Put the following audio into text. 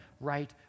right